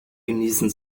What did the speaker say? genießen